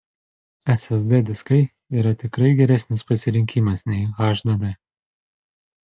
ssd diskai yra tikrai geresnis pasirinkimas nei hdd